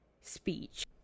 speech